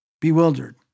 bewildered